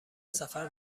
سفر